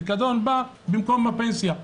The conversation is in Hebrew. הפיקדון בא במקום הפנסיה.